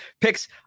Picks